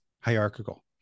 hierarchical